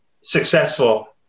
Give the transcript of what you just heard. successful